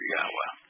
Yahweh